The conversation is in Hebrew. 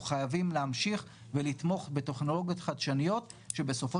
חייבים להמשיך ולתמוך בטכנולוגיות חדשניות שבסופו